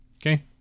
Okay